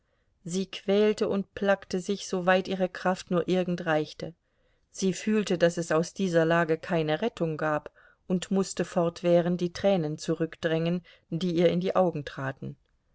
sie quälte und plackte sich soweit ihre kraft nur irgend reichte sie fühlte daß es aus dieser lage keine rettung gab und mußte fortwährend die tränen zurückdrängen die ihr in die augen traten